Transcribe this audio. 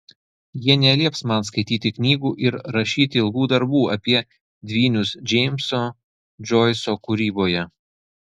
jie nelieps man skaityti knygų ir rašyti ilgų darbų apie dvynius džeimso džoiso kūryboje